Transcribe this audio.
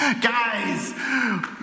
Guys